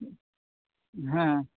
ᱦᱮᱸ